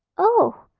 oh,